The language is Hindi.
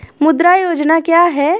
मुद्रा योजना क्या है?